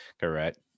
Correct